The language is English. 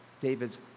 David's